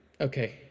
Okay